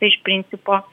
iš principo